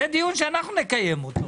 זה דיון שאנחנו נקיים אותו,